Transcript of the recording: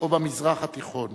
או במזרח התיכון.